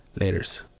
Laters